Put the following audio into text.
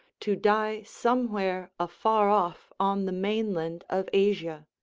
to die somewhere afar off on the mainland of asia.